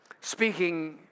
speaking